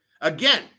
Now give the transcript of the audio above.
Again